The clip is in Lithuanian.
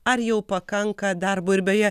ar jau pakanka darbo ir beje